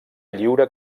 lliura